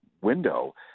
window